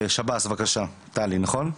שב"ס, טלי, בבקשה.